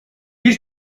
bir